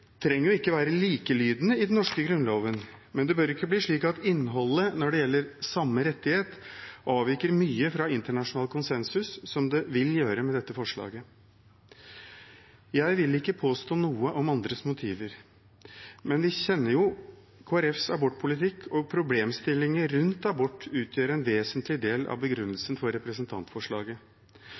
trenger jo ikke å være likelydende i den norske grunnloven, men det bør ikke bli slik at innholdet, når det gjelder samme rettighet, avviker mye fra internasjonal konsensus, som det vil gjøre med dette forslaget. Jeg vil ikke påstå noe om andres motiver, men vi kjenner jo Kristelig Folkepartis abortpolitikk, og problemstillinger rundt abort utgjør en vesentlig del av begrunnelsen for representantforslaget.